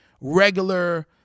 regular